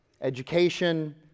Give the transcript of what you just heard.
education